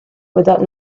without